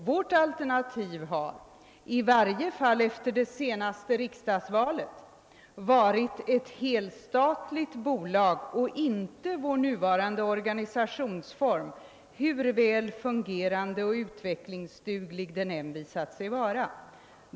Vårt alternativ har — i varje fall efter det senaste riksdagsvalet — varit ett helstatligt bolag och inte vår nuvarande organisationsform, hur väl fungerande och utvecklingsduglig den än visat sig vara.